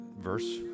verse